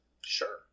Sure